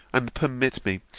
and permit me,